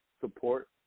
support